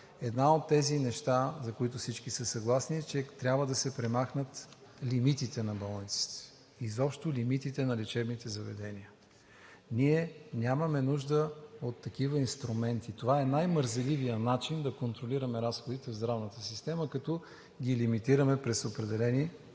Едно от тези неща, за които всички са съгласни, е, че трябва да се премахнат лимитите на болниците, изобщо лимитите на лечебните заведения. Ние нямаме нужда от такива инструменти. Това е най-мързеливият начин да контролираме разходите в здравната система – като ги лимитираме през определени